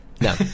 No